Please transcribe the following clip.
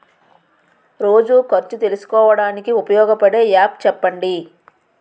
రోజు ఖర్చు తెలుసుకోవడానికి ఉపయోగపడే యాప్ చెప్పండీ?